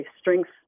strength